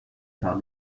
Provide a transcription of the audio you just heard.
par